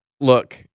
Look